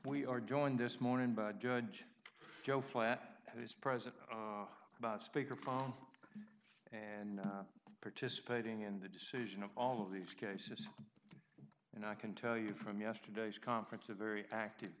we are joined this morning by judge joe flacco who's president about speakerphone and participating in the decision of all of these cases and i can tell you from yesterday's conference a very active